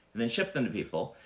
then ship them to people.